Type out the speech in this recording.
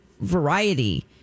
variety